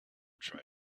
try